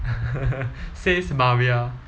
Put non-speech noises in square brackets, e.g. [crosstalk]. [laughs] says maria